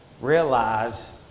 Realize